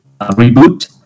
Reboot